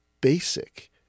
basic